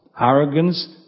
arrogance